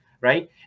right